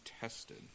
tested